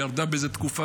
היא ירדה באיזושהי תקופה,